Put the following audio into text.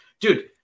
Dude